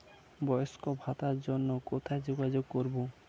বয়স্ক ভাতার জন্য কোথায় যোগাযোগ করব?